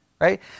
right